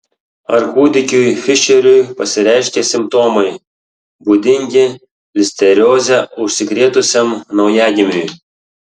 ar kūdikiui fišeriui pasireiškė simptomai būdingi listerioze užsikrėtusiam naujagimiui